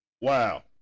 Wow